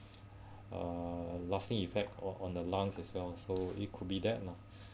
uh lasting effects on the lungs as well so it could be that lah